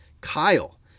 Kyle